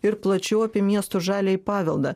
ir plačiau apie miestų žaliąjį paveldą